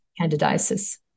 candidiasis